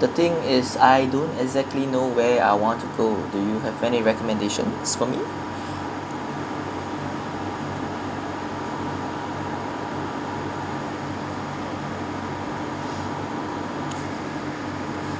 the thing is I don't exactly know where I want to go do you have any recommendations for me